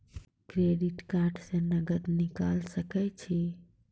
Credit card से नगद निकाल सके छी?